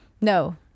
No